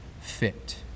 fit